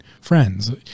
friends